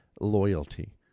loyalty